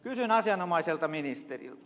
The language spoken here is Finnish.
kysyn asianomaiselta ministeriltä